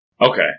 Okay